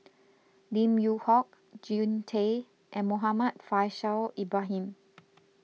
Lim Yew Hock Jean Tay and Muhammad Faishal Ibrahim